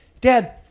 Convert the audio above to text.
Dad